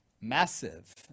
massive